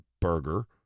burger